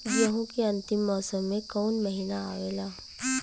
गेहूँ के अंतिम मौसम में कऊन महिना आवेला?